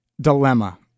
dilemma